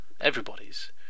everybody's